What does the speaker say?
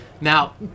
Now